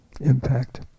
impact